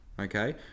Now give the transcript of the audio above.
okay